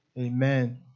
Amen